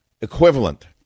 equivalent